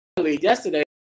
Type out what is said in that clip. Yesterday